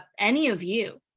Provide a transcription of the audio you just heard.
any of you.